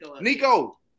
Nico